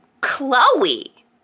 Chloe